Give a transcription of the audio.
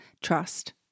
trust